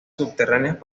subterráneas